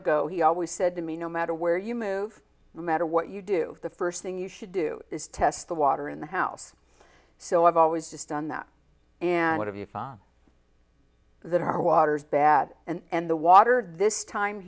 ago he always said to me no matter where you move the matter what you do the first thing you should do is test the water in the house so i've always just done that and what have you found that our waters bad and the water this time